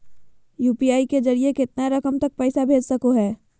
UPI के जरिए कितना रकम तक पैसा भेज सको है?